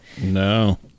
No